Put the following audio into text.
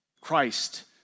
Christ